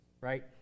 right